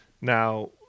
Now